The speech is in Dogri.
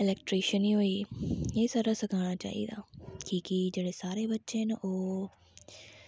अलैक्टरिशनी होई एह् सारा सखाना चाहिदा कि की जेह्ड़े सारे बच्चे न ओह्